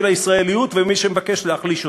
הישראליות ובין מי שמבקש להחליש אותו?